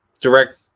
direct